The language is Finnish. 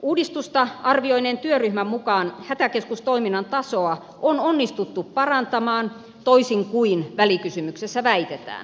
uudistusta arvioineen työryhmän mukaan hätäkeskustoiminnan tasoa on onnistuttu parantamaan toisin kuin välikysymyksessä väitetään